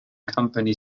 company